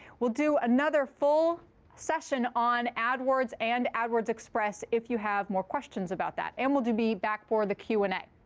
we'll do another full session on adwords and adwords express if you have more questions about that. and we'll be back for the q and a.